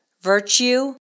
virtue